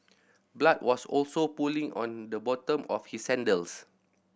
blood was also pooling on the bottom of his sandals